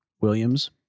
Williams